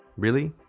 really?